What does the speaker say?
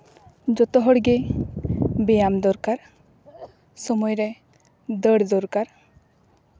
ᱡᱚᱛᱚ ᱦᱚᱲᱜᱮ ᱵᱮᱭᱟᱢ ᱫᱚᱨᱠᱟᱨ ᱥᱚᱢᱚᱭ ᱨᱮ ᱫᱟᱹᱲ ᱫᱚᱨᱠᱟᱨ